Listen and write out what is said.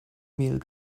mehl